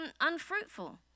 unfruitful